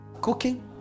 Cooking